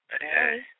hey